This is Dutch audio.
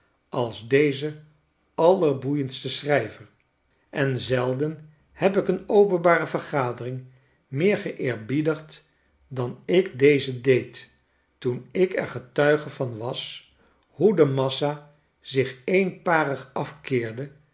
als deze allerboeiendste schrijver en zelden heb ik een openbare vergadering meer geeerbiedigd dan ik deze deed toen ik er getuige van was hoe de massa zich eenparig af